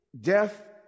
death